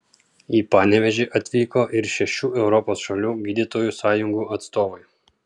į panevėžį atvyko ir šešių europos šalių gydytojų sąjungų atstovai